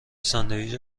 ساندویچ